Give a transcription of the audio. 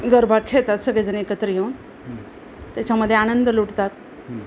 गरबा खेळेतात सगळेजण एकत्र येऊन त्याच्यामध्ये आनंद लुटतात